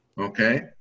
Okay